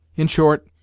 in short,